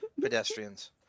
Pedestrians